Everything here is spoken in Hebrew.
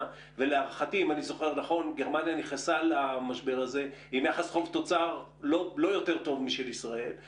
והיא נכנסה למשבר הזה עם יחס חוב-תוצר לא יותר טוב משל ישראל.